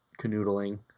canoodling